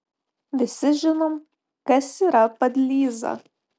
visi žinom kas yra padlyza